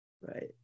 Right